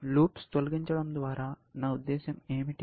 ఉచ్చులు తొలగించడం ద్వారా నా ఉద్దేశ్యం ఏమిటి